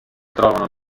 trovano